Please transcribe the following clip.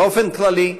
באופן כללי,